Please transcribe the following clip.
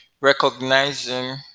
recognizing